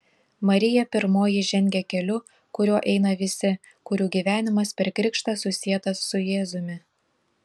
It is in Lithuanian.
marija pirmoji žengia keliu kuriuo eina visi kurių gyvenimas per krikštą susietas su jėzumi